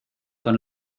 con